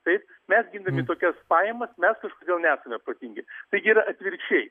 taip mes gindami tokias pajamas mes kodėl nesame protingi taigi yra atvirkščiai